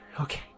Okay